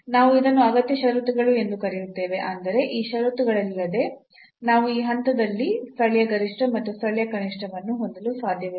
ನಾವು ಇದನ್ನು ಅಗತ್ಯ ಷರತ್ತುಗಳು ಎಂದು ಕರೆಯುತ್ತೇವೆ ಅಂದರೆ ಈ ಷರತ್ತುಗಳಿಲ್ಲದೆ ನಾವು ಈ ಹಂತದಲ್ಲಿ ಸ್ಥಳೀಯ ಗರಿಷ್ಠ ಮತ್ತು ಸ್ಥಳೀಯ ಕನಿಷ್ಠವನ್ನು ಹೊಂದಲು ಸಾಧ್ಯವಿಲ್ಲ